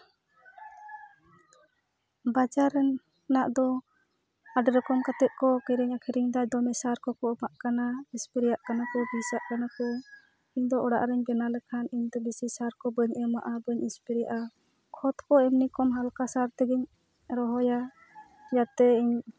ᱵᱟᱡᱟᱨ ᱨᱮᱱᱟᱜ ᱫᱚ ᱟᱹᱰᱤ ᱨᱚᱠᱚᱢ ᱠᱟᱛᱮ ᱠᱚ ᱠᱤᱨᱤᱧ ᱟᱹᱠᱷᱨᱤᱧ ᱫᱟ ᱫᱚᱢᱮ ᱥᱟᱨ ᱠᱚᱠᱚ ᱮᱢᱟᱜ ᱠᱟᱱᱟ ᱮᱥᱯᱨᱮᱭᱟᱜ ᱠᱟᱱᱟ ᱠᱚ ᱵᱤᱥᱟᱜ ᱠᱟᱱᱟ ᱠᱚ ᱤᱧᱫᱚ ᱚᱲᱟᱜ ᱨᱤᱧ ᱵᱮᱱᱟᱣ ᱞᱮᱠᱷᱟᱱ ᱤᱧᱫᱚ ᱵᱤᱥᱤ ᱥᱟᱨ ᱠᱚ ᱵᱟᱹᱧ ᱮᱢᱟᱜᱼᱟ ᱵᱟᱹᱧ ᱮᱥᱯᱨᱮᱭᱟᱜᱼᱟ ᱠᱷᱚᱛ ᱠᱚ ᱮᱢᱱᱤ ᱦᱟᱞᱠᱟ ᱥᱟᱨ ᱛᱤᱜᱤᱧ ᱨᱚᱦᱚᱭᱟ ᱡᱟᱛᱮ ᱤᱧ